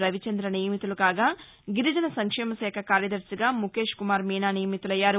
రవిచంద్ర నియమితులు కాగా గిరిజన సంక్షేమశాఖ కార్యదర్శిగా ముఖేష్కుమార్ మీనా నియమితులయ్యారు